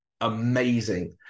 amazing